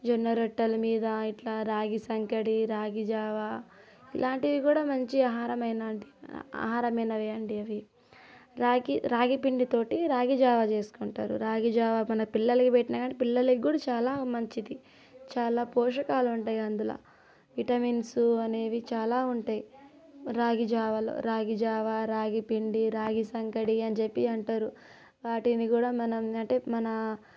జొన్న రొట్టెల మీద ఇట్లా రాగిసంకటి రాగి జావా ఇలాంటివి కూడా మంచి ఆహారమైనటివి ఆహారమైనవి అండి అవి రాగి రాగి పిండితో రాగి జావా చేసుకుంటారు రాగి జావా మన పిల్లలకు పెట్టిన కాని పిల్లలకు కూడా చాలా మంచిది చాలా పోషకాలు ఉంటాయి అందులో విటమిన్స్ అనేవి చాలా ఉంటాయి రాగిజావలు రాగి జావా రాగి పిండి రాగి సంగటి అని చెప్పి అంటారు వాటిని కూడా మనం అంటే మన